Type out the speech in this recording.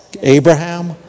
Abraham